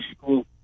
school